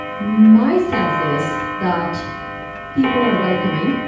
my sense is that people are welcoming.